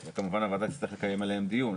הוועדה תצטרך לקיים עליהם דיון.